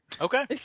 Okay